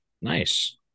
Nice